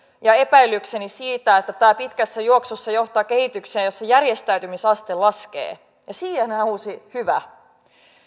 ja epäilykseni siitä että tämä pitkässä juoksussa johtaa kehitykseen jossa järjestäytymisaste laskee ja siihen hän huusi hyvä